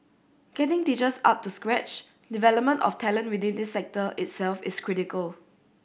getting teachers up to scratch development of talent within this sector itself is critical